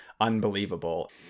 unbelievable